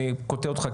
אני קוטע אותך,